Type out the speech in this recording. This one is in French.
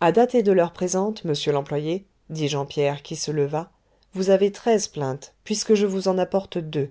a dater de l'heure présente monsieur l'employé dit jean pierre qui se leva vous avez treize plaintes puisque je vous en apporte deux